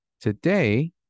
Today